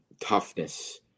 toughness